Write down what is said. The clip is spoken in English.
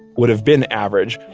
would have been average,